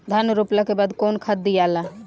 धान रोपला के बाद कौन खाद दियाला?